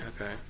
Okay